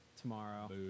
tomorrow